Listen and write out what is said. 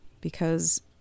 because-